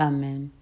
Amen